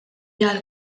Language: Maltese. għall